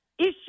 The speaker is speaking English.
Issue